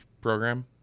program